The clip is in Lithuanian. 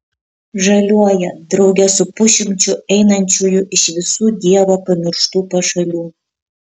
žaliuoja drauge su pusšimčiu einančiųjų iš visų dievo pamirštų pašalių